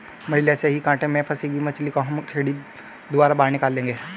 मछली जैसे ही कांटे में फंसेगी मछली को हम छड़ी द्वारा बाहर निकाल लेंगे